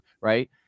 Right